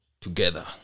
together